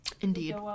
Indeed